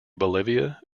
bolivia